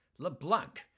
LeBlanc